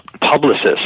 publicist